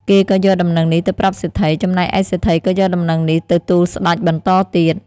គេក៏យកដំណឹងនេះទៅប្រាប់សេដ្ឋី ចំណែកឯសេដ្ឋីក៏យកដំណឹងនេះទៅទូលស្តេចបន្តទៀត។